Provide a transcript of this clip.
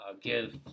give